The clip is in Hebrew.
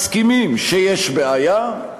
מסכימים שיש בעיה,